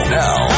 now